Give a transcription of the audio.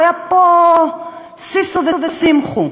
היה פה שישו ושמחו.